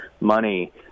money